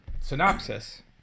synopsis